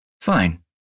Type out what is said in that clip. Fine